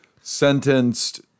sentenced